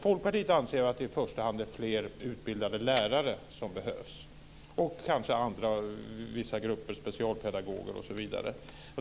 Folkpartiet anser att det i första hand är fler utbildade lärare som behövs och kanske vissa andra grupper, t.ex. specialpedagoger osv.